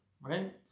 right